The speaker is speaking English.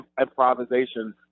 improvisation